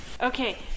Okay